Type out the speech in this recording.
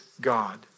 God